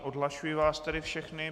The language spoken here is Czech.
Odhlašuji vás tedy všechny.